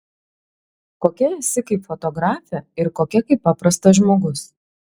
kokia esi kaip fotografė ir kokia kaip paprastas žmogus